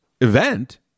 event